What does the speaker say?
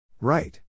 Right